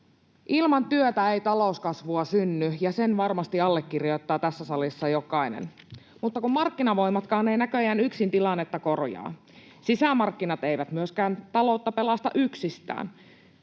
Ilman työtä ei talouskasvua synny, ja sen varmasti allekirjoittaa tässä salissa jokainen, mutta kun markkinavoimatkaan eivät näköjään yksin tilannetta korjaa. Sisämarkkinat eivät myöskään taloutta pelasta yksistään.